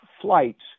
flights